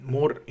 More